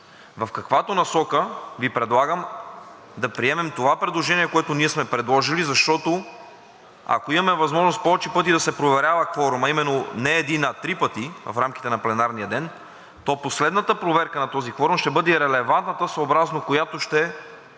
в каквато насока Ви предлагам да приемем това предложение, което ние сме предложили, защото, ако имаме възможност повече пъти да се проверява кворумът, а именно не един, а три пъти в рамките на пленарния ден, то последната проверка на този кворум ще бъде и релевантната, съобразно която ще се